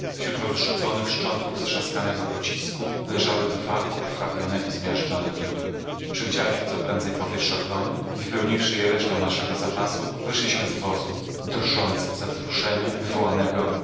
wśród rozrzuconych szczątków strzaskanego pocisku leżały dwa pokrwawione i zmiażdżone trupy przywdzialiśmy co prędzej powietrzochrony i wypełniwszy je resztą naszego zapasu wyszliśmy z wozu drżąc ze wzruszeszeniawzruszenia wywołanego